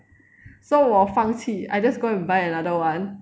so 我放弃 I just go and buy another one